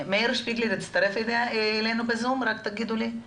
אני יודעת שהוא לא יכל להגיע היום לדיון מסיבות אישיות,